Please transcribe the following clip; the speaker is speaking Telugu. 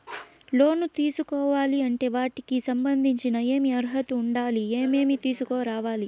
లోను తీసుకోవాలి అంటే వాటికి సంబంధించి ఏమి అర్హత ఉండాలి, ఏమేమి తీసుకురావాలి